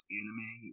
anime